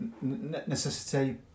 necessity